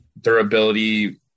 Durability